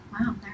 wow